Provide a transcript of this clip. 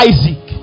Isaac